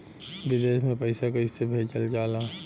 विदेश में पैसा कैसे भेजल जाला?